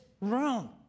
room